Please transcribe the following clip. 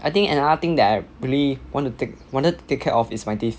I think another thing that I really want to take wanted to take care of is my teeth